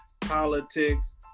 politics